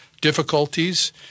difficulties